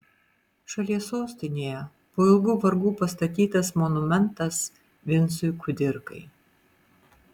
šalies sostinėje po ilgų vargų pastatytas monumentas vincui kudirkai